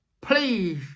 please